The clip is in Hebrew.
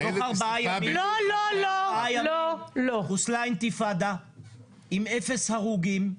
תוך ארבעה ימים חוסלה האינתיפאדה עם אפס הרוגים,